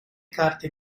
carte